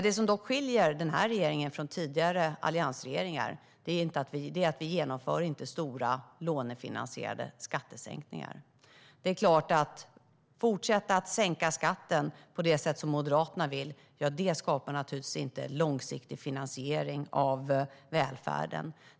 Det som dock skiljer denna regering från tidigare alliansregeringar är att vi inte genomför stora lånefinansierade skattesänkningar. Att fortsätta att sänka skatten på det sätt som Moderaterna vill skapar givetvis inte långsiktig finansiering av välfärden.